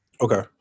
Okay